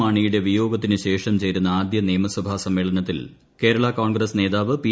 മാണിയുടെ ് വിയോഗത്തിന് ശേഷം ചേർന്ന ആദ്യ നിയമസൂളി സമ്മേളനത്തിൽ കേരള കോൺഗ്രസ് നേതാവ് ശ്രീ പി